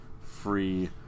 free